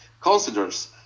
considers